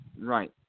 Right